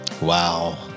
Wow